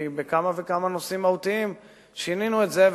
כי בכמה וכמה נושאים מהותיים שינינו את זה,